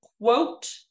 quote